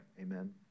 Amen